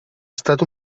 estat